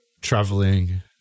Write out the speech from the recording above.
traveling